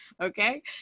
Okay